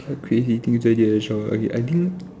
crazy things as a child I think